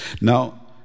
Now